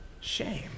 Shame